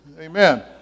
Amen